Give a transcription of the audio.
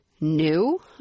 new